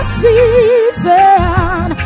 season